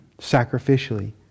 sacrificially